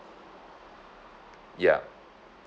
ya